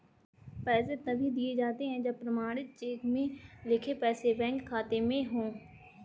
पैसे तभी दिए जाते है जब प्रमाणित चेक में लिखे पैसे बैंक खाते में हो